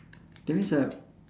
that means uh